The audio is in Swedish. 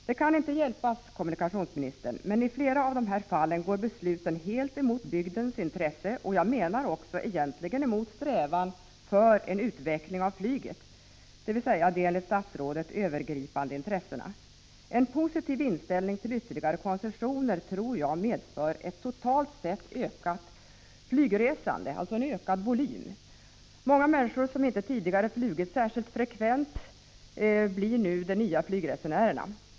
Det kan inte hjälpas, kommunikationsministern, men i flera av dessa fall går besluten helt emot bygdens intresse, och egentligen också emot strävan till en utveckling av flyget, dvs. de övergripande intressen som statsrådet åberopar. En positiv inställning till ytterligare koncessioner kan medföra ett totalt sett ökat flygresande, en ökad volym. Många människor som tidigare inte har flugit särskilt frekvent blir nu de nya flygresenärerna.